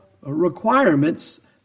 requirements